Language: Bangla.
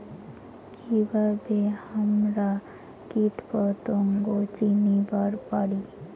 কিভাবে হামরা কীটপতঙ্গ চিনিবার পারি?